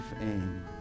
aim